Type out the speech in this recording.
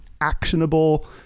actionable